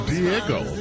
Diego